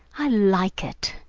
i like it.